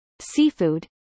seafood